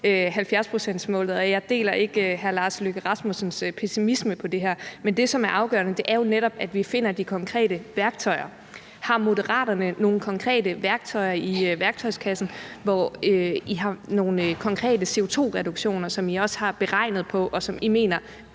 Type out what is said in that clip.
70-procentsmålet, og jeg deler ikke hr. Lars Løkke Rasmussens pessimisme i det her. Men det, som er afgørende, er jo netop, at vi finder de konkrete værktøjer. Har Moderaterne nogle konkrete værktøjer i værktøjskassen, hvor I har nogle konkrete CO2-reduktioner, som I også har regnet på, og som I mener